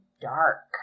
dark